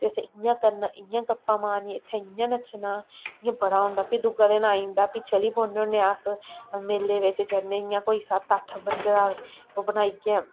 ते असें इ'यां करना इ'यां गप्पां मारनियां इत्थै इ'यां नच्चना इ'यां बड़ा होंदा फ्ही दूआ दिन आई जंदा फ्ही चली पौन्नें होन्ने अस मेले बिच्च जन्ने इ'यां कोई सत्त अट्ठ बंदे दा ओह् बनाइयै